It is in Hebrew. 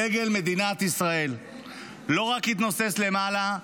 דגל מדינת ישראל לא רק יתנוסס למעלה,